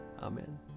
Amen